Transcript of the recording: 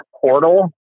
portal